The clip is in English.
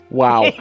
wow